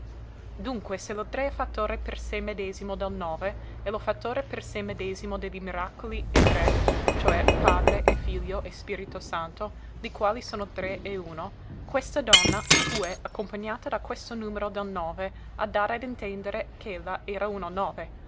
dunque se lo tre è fattore per sè medesimo del nove e lo fattore per sè medesimo de li miracoli è tre cioè padre e figlio e spirito santo li quali sono tre e uno questa donna fue accompagnata da questo numero del nove a dare ad intendere ch'ella era uno nove